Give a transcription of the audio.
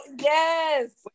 yes